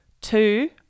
Two